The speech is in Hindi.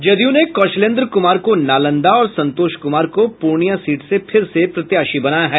जदयू ने कौशलेन्द्र कुमार को नालंदा और संतोष कुमार को पूर्णियां सीट से फिर से प्रत्याशी बनाया है